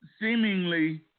seemingly